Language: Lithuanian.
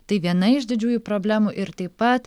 tai viena iš didžiųjų problemų ir taip pat